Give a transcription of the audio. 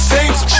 Saints